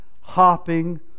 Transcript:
hopping